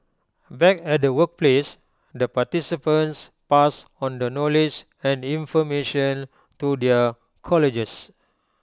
back at the workplace the participants pass on the knowledge and information to their colleagues